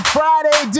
Friday